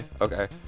okay